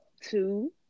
Two